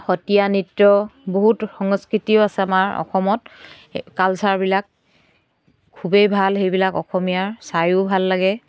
সত্ৰীয়া নৃত্য বহুত সংস্কৃতিও আছে আমাৰ অসমত কালচাৰবিলাক খুবেই ভাল সেইবিলাক অসমীয়াৰ চায়ো ভাল লাগে